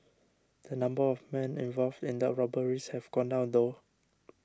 the number of men involved in the robberies have gone down though